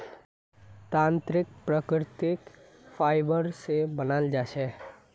तंत्रीक प्राकृतिक फाइबर स बनाल जा छेक